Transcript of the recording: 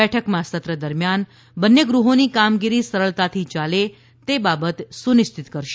બેઠકમાં સત્ર દરમિયાન બંને ગૃહોની કામગીરી સરળતાથી યાલે તે બાબત સુનિશ્ચિત કરાશે